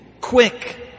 quick